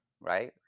right